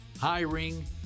hiring